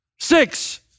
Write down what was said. Six